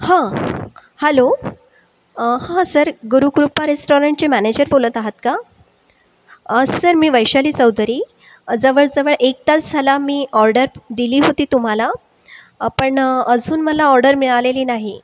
हां हॅलो हां सर गुरुकृपा रेस्टॉरंटचे मॅनेजर बोलत आहात का सर मी वैशाली चौधरी जवळजवळ एक तास झाला मी ऑर्डर दिली होती तुम्हाला पण अजून मला ऑर्डर मिळालेली नाही